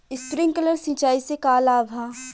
Sprinkler सिंचाई से का का लाभ ह?